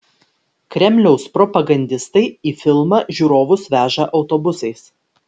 kremliaus propagandistai į filmą žiūrovus veža autobusais